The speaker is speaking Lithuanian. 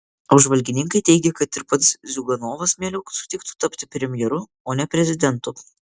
apžvalgininkai teigia kad ir pats ziuganovas mieliau sutiktų tapti premjeru o ne prezidentu